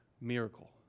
miracle